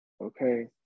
Okay